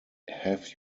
have